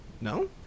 No